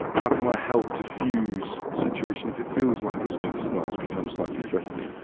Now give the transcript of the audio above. how can i help diffuse a situation if it feels like it's going to start to become slightly threatening?